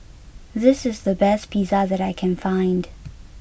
this is the best Pizza that I can find